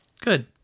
Good